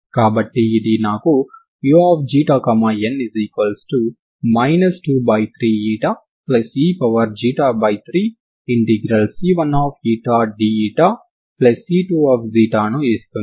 కాబట్టి ఇది నాకు uξη 23ηe3C1dC2 ని ఇస్తుంది